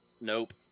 Nope